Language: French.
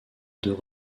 deux